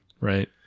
Right